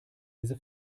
diese